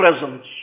presence